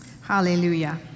Hallelujah